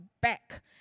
back